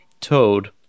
Toad